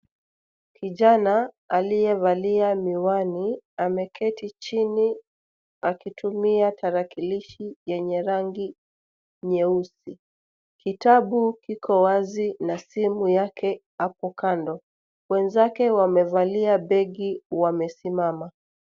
Kijana aliyevalia miwani, ameketi chini akitumia tarakilishi yenye rangi nyeusi. Kitabu kiko wazi na simu yake hapo kando. Wenzake wamevalia begi wamesimama.